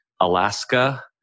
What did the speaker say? Alaska